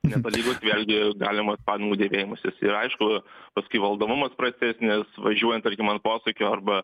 netolygus vėlgi galimas padangų dėvėjimasis ir aišku paskui valdomumas prastesnis važiuojant tarkim ant posūkio arba